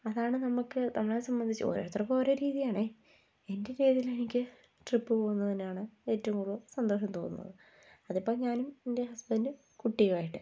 അതാണ് നമുക്ക് നമ്മളെ സംബന്ധിച്ച് ഓരോരുത്തർക്കും ഓരോ രീതിയാണേ എൻ്റെ രീതിയിൽ എനിക്ക് ട്രിപ്പ് പോകുന്നതിനാണ് ഏറ്റവും കൂടുതൽ സന്തോഷം തോന്നുന്നത് അതിപ്പോൾ ഞാനും എൻ്റെ ഹസ്ബൻറ്റും കുട്ടിയുമായിട്ട്